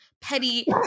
petty